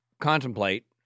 contemplate